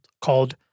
called